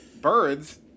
Birds